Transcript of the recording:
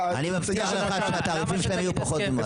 --- אני מבטיח לך שהתעריפים שלהם יהיו פחות משל מד"א.